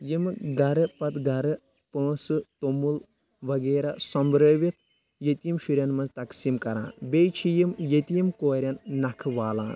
یِمہٕ گرٕ پَتہٕ گرٕ پونٛسہٕ توٚمُل وغیرہ سۄمبرٲوِتھ ییٚتیٖم شُرؠن منٛز تَقسیٖم کَران بیٚیہِ چھِ یِم ییٚتیٖم کورؠن نَکھٕ والان